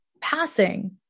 passing